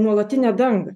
nuolatinę dangą